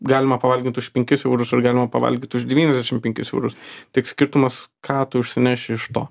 galima pavalgyt už penkis eurus ir galima pavalgyt už devyniasdešim penkis eurus tik skirtumas ką tu išsineši iš to